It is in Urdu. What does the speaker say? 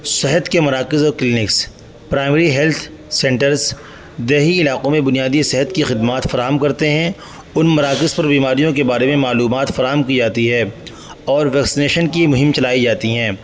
صحت کے مراکز اور کلینکس پرائمری ہیلتھ سینٹرز دیہی علاقوں میں بنیادی صحت کی خدمات فراہم کرتے ہیں ان مراکز پر بیماریوں کے بارے میں معلومات فراہم کی جاتی ہے اور ویکسینیشن کی مہم چلائی جاتی ہیں